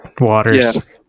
waters